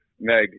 Meg